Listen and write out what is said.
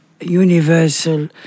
universal